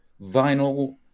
vinyl